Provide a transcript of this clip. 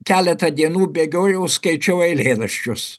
keletą dienų bėgiojau skaičiau eilėraščius